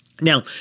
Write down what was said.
Now